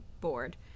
board